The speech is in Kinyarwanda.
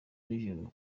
n’ijoro